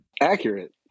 accurate